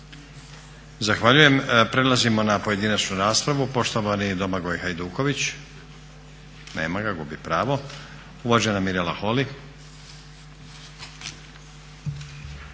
Zahvaljujem. Prelazimo na pojedinačnu raspravu. Poštovani Domagoj Hajduković. Nema ga, gubi pravo. Uvažena Mirela Holy.